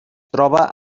troba